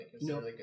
No